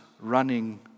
running